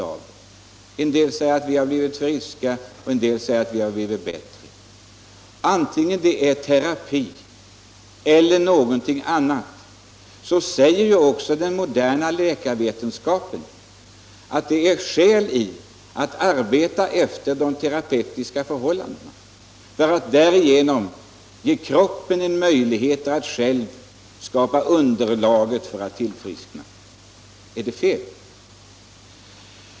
En del människor säger att de blivit helt friska, andra att de blivit bättre. Vare sig det beror på den aktuella behandlingen eller inte får man inte bortse från att den moderna läkarvetenskapen säger att det finns skäl att arbeta med terapeutiska metoder som ger kroppen en möjlighet att själv skapa underlaget för att kunna tillfriskna. Är det fel?